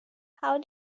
how